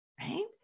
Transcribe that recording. Right